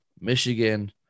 Michigan